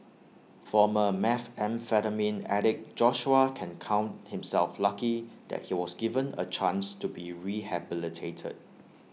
former methamphetamine addict Joshua can count himself lucky that he was given A chance to be rehabilitated